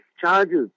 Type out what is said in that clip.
charges